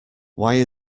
why